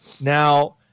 Now